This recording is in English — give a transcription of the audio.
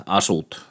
asut